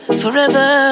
forever